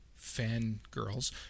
fangirls